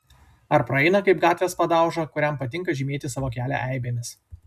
ar praeina kaip gatvės padauža kuriam patinka žymėti savo kelią eibėmis